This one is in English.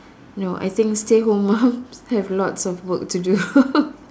no I think stay home mums have lots of work to do